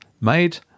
made